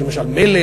יש שם למשל מלך,